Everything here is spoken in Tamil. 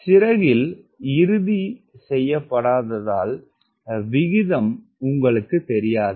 சிறகு இறுதி செய்யப்படாததால் அஸ்பெக்ட் விகிதம் உங்களுக்குத் தெரியாது